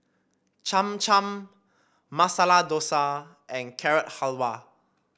Cham Cham Masala Dosa and Carrot Halwa